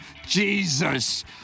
Jesus